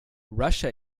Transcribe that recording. russia